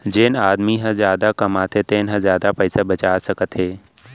जेन आदमी ह जादा कमाथे तेन ह जादा पइसा बचा सकत हे